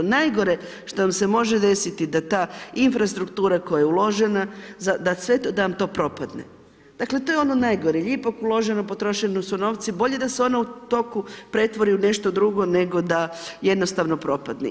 Najgore što nam se može desiti da ta infrastruktura koja je uložena, za, da sve, da vam to propadne, Dakle to je ono najgore, jer je ipak uloženo, potrošeni su novci, bolje da se ono u toku pretvori u nešto drugo nego da jednostavno propadne.